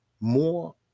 more